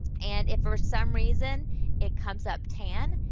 and if for some reason it comes up tan,